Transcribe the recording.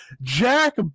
Jack